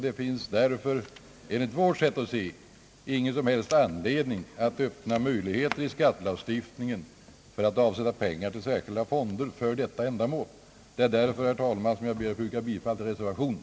Det finns därför enligt vårt sätt att se ingen som helst anledning att öppna möjligheter i skattelagstiftningen för att avsätta pengar till särskilda fonder för detta ändamål. Det är därför, herr talman, som jag ber att få yrka bifall till reservationen.